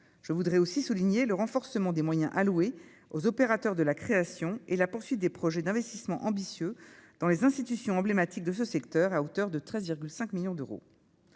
je voudrais aussi souligner le renforcement des moyens alloués aux opérateurs de la création et la poursuite des projets d'investissements ambitieux dans les institutions emblématique de ce secteur à hauteur de 13,5 millions d'euros,